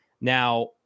Now